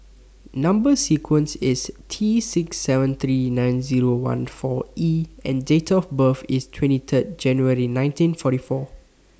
Number sequence IS T six seven three nine Zero one four E and Date of birth IS twenty three January nineteen forty four